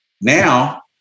Now